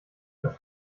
was